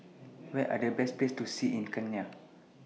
What Are The Best Places to See in Kenya